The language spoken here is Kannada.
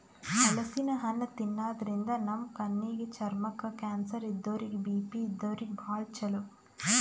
ಹಲಸಿನ್ ಹಣ್ಣ್ ತಿನ್ನಾದ್ರಿನ್ದ ನಮ್ ಕಣ್ಣಿಗ್, ಚರ್ಮಕ್ಕ್, ಕ್ಯಾನ್ಸರ್ ಇದ್ದೋರಿಗ್ ಬಿ.ಪಿ ಇದ್ದೋರಿಗ್ ಭಾಳ್ ಛಲೋ